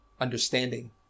understanding